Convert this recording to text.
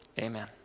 Amen